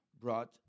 brought